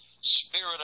spirit